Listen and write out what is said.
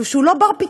והוא לא בר-פתרון,